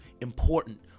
important